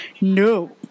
No